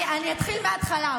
אני אתחיל מהתחלה.